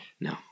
No